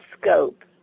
scope